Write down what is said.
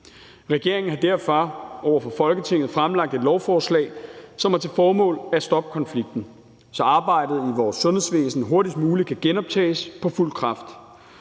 Folketinget fremsat et lovforslag, som har til formål at stoppe konflikten, så arbejdet i vores sundhedsvæsen hurtigst muligt kan genoptages på fuld kraft.